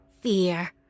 Fear